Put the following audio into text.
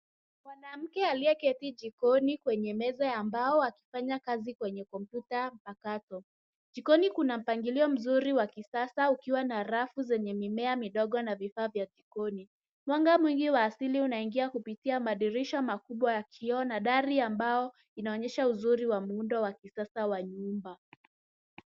Mwanamke aliyeketi jikoni kwenye meza ya mbao akifanya kazi kwenye komputa mpakato. Jikoni kuna mpangilio mzuri wa kisasa ukiwa na rafu zenye mimea midogo na vifaa vya jikoni. Mwanga wingi wa asili unaingia kupitia madirisha makubwa ya kioo na dari ambao inaonyesha uzuri wa muundo wa kisasa wa nyumba.